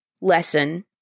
lesson